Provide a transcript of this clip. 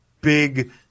big